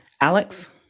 Alex